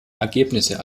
ergebnisse